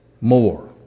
more